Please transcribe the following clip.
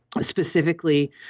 specifically